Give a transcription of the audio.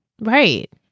right